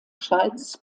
schweiz